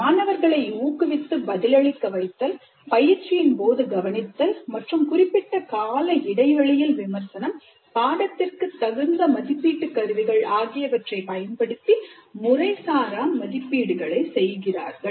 மாணவர்களை ஊக்குவித்து பதிலளிக்க வைத்தல் பயிற்சியின்போது கவனித்தல் மற்றும் குறிப்பிட்ட கால இடைவெளியில் விமர்சனம் பாடத்திற்கு தகுந்த மதிப்பீட்டுக் கருவிகள் ஆகியவற்றை பயன்படுத்தி முறைசாரா மதிப்பீடுகளை செய்கிறார்கள்